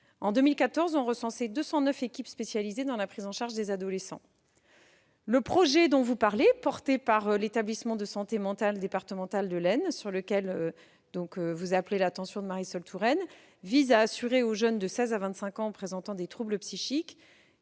En 2014, on recensait 209 équipes spécialisées dans la prise en charge des adolescents. Le projet développé par l'établissement de santé mentale départemental de l'Aisne, sur lequel vous appelez l'attention de Marisol Touraine, vise à assurer aux jeunes de 16 ans à 25 ans présentant des troubles psychiques